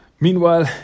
Meanwhile